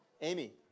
Amy